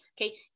Okay